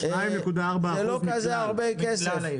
זה לא כזה הרבה כסף.